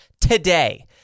today